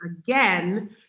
again